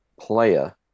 player